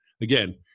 again